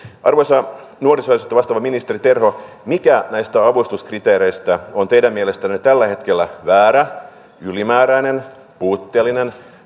arvoisa nuorisoasioista vastaava ministeri terho mikä näistä avustuskriteereistä on teidän mielestänne tällä hetkellä väärä ylimääräinen puutteellinen